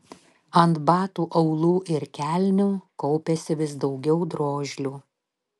ant batų aulų ir kelnių kaupėsi vis daugiau drožlių